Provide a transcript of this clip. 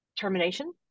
termination